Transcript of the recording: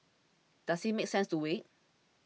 does it make sense to wait